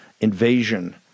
invasion